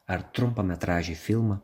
ar trumpametražį filmą